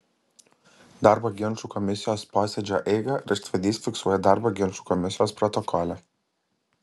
darbo ginčų komisijos posėdžio eigą raštvedys fiksuoja darbo ginčų komisijos protokole